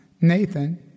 Nathan